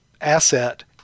asset